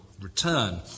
return